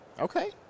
Okay